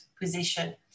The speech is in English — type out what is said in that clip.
position